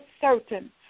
certain